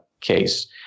case